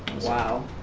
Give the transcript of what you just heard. Wow